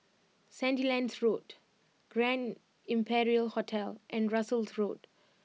Sandilands Road Grand Imperial Hotel and Russels Road